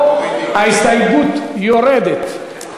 ההסתייגות יורדת.